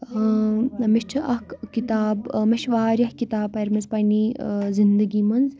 اۭں مےٚ چھِ اَکھ کِتاب مےٚ چِھ واریاہ کِتاب پٔرمٕژ پَننہِ زِنٛدگی منٛز